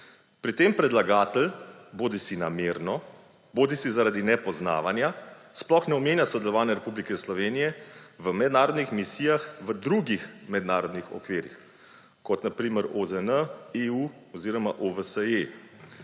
Pri tem predlagatelj bodisi namerno bodisi zaradi nepoznavanja sploh ne omenja sodelovanja Republike Slovenije v mednarodnih misijah v drugih mednarodnih okvirjih, kot na primer OZN−EU oziroma OVSE.